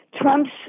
Trump's